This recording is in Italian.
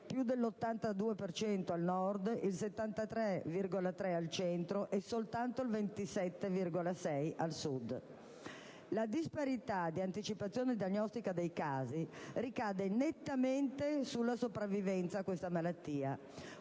per cento al Nord, il 73,3 per cento al Centro e soltanto il 27,6 per cento al Sud. La disparità di anticipazione diagnostica dei casi ricade nettamente sulla sopravvivenza a questa malattia,